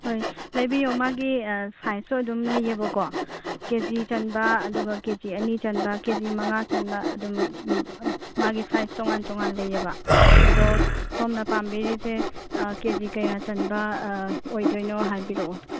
ꯍꯣꯏ ꯂꯩꯕꯤꯌꯨ ꯃꯥꯒꯤ ꯁꯥꯏꯁꯁꯨ ꯑꯗꯨꯝ ꯂꯩꯌꯦꯕꯀꯣ ꯀꯦ ꯖꯤ ꯆꯟꯕ ꯑꯗꯨꯒ ꯀꯦ ꯖꯤ ꯑꯅꯤ ꯆꯟꯕ ꯀꯦ ꯖꯤ ꯃꯉꯥ ꯆꯟꯕ ꯑꯗꯨꯝ ꯃꯥꯒꯤ ꯁꯥꯏꯁ ꯇꯣꯉꯥꯟ ꯇꯣꯉꯥꯟ ꯂꯩꯌꯦꯕ ꯑꯗꯣ ꯁꯣꯝꯅ ꯄꯥꯝꯕꯤꯔꯤꯁꯦ ꯀꯦ ꯖꯤ ꯀꯌꯥ ꯆꯟꯕ ꯑꯣꯏꯗꯣꯏꯅꯣ ꯍꯥꯏꯕꯤꯔꯛꯑꯣ